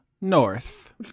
North